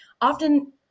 often